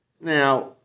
Now